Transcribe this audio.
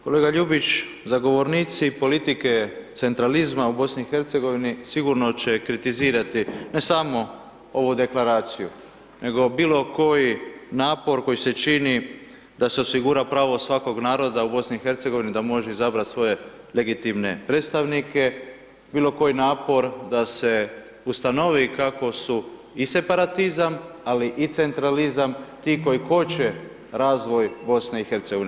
Kolega Ljubić zagovornici politike centralizam u BIH, sigurno će kritizirati ne samo ovu deklaraciji, nego i bilo koji napor koji se čini da se osigura pravo svakog naroda u BIH da može izabrati svoje legitimne predstavnike, bilo koji napor da se ustanovi kako su i separatizam, ali i centralizama, ti koji koče razvoj BIH.